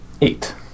Eight